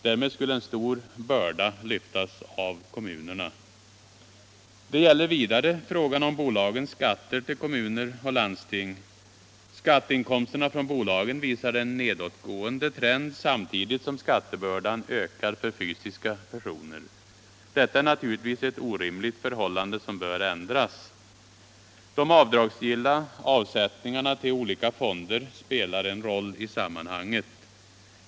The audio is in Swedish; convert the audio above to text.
Därmed skulle en stor börda lyftas av kommunerna. Det gäller vidare frågan om bolagens skatter till Kommuner och landsting. Skatteinkomsterna från bolagen visar en nedåtgående trend samtidigt som skattebördan ökar för fysiska personer. Detta är naturligtvis ett orimligt förhållande, som bör ändras. De avdragsgilla avsättningarna till olika fonder spelar en roll i sammanhanget.